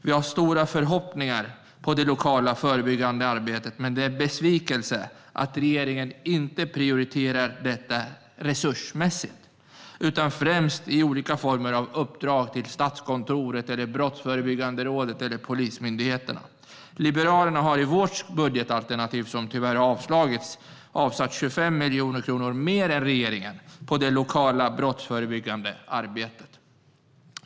Vi har stora förhoppningar på det lokala förebyggande arbetet, så det är en besvikelse att regeringen inte prioriterar detta resursmässigt utan främst genom olika uppdrag till Statskontoret, Brottsförebyggande rådet eller Polismyndigheten. Liberalerna har i sitt budgetalternativ, som tyvärr har avslagits, avsatt 25 miljoner kronor mer än regeringen på det lokala brottsförebyggande arbetet. Fru talman!